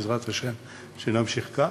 ובעזרת השם נמשיך להרגיש כך,